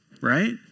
Right